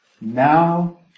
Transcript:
Now